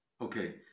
Okay